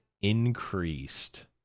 increased